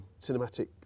cinematic